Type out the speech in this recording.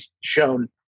shown